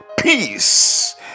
Peace